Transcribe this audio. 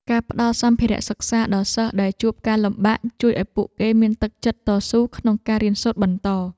ការផ្តល់សម្ភារៈសិក្សាដល់សិស្សដែលជួបការលំបាកជួយឱ្យពួកគេមានទឹកចិត្តតស៊ូក្នុងការរៀនសូត្របន្ត។